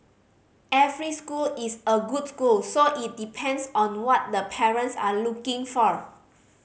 every school is a good school so it depends on what the parents are looking for